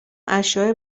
اشیاء